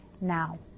now